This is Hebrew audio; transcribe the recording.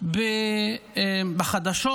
בחדשות